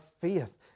faith